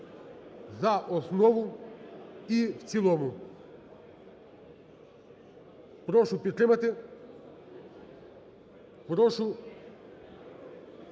за основу і в цілому. Прошу підтримати, прошу